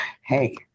Hey